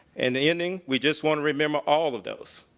in the ending we just want to remember all of those.